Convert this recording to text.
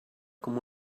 com